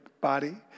body